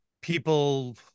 people